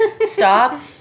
stop